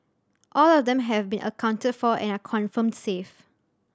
all of them have been accounted for and are confirmed safe